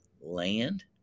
land